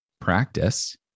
practice